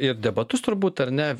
ir debatus turbūt ar ne